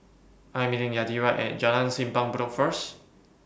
I Am meeting Yadira At Jalan Simpang Bedok First